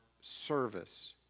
service